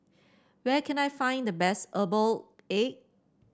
where can I find the best Herbal Egg